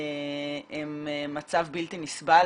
הם מצב בלתי נסבל,